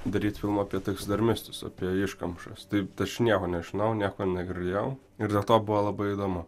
daryt filmą apie teksdermistus apie iškamšas tai aš nieko nežinojau nieko negirdėjau ir dėl to buvo labai įdomu